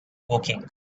woking